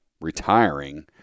retiring